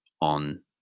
on